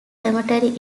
cemetery